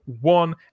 one